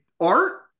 Art